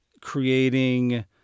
creating